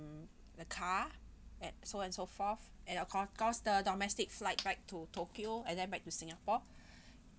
the car and so and so forth and of course course the domestic flight back to tokyo and then back to singapore